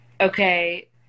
Okay